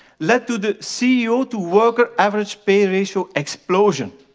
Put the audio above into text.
led to the ceo to worker average pay ratio explosion.